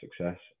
success